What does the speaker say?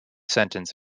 sentence